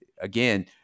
again